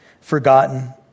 forgotten